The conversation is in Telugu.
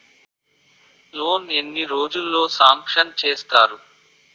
లోన్ ఎన్ని రోజుల్లో సాంక్షన్ చేస్తారు?